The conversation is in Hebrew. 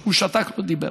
הוא שתק, לא דיבר.